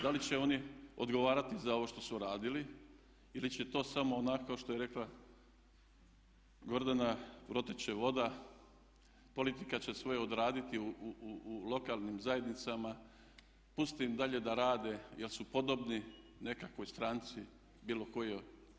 Da li će oni odgovarati za ovo što su radili ili to će samo onako kao što je rekla Gordana proteć će voda, politika će svoje odraditi u lokalnim zajednicama, pustiti im dalje da rade jer su podobni nekakvoj stranci bilo kojoj.